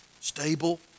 stable